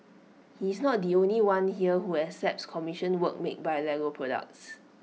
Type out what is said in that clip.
he is not the only one here who accepts commissioned work made by Lego products